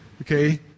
Okay